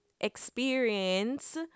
experience